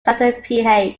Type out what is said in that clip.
standard